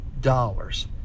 dollars